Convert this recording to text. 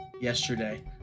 yesterday